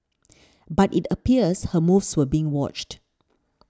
but it appears her moves were being watched